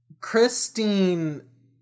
Christine